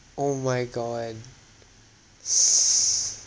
oh my god